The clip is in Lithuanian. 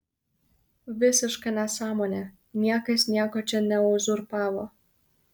visiška nesąmonė niekas nieko čia neuzurpavo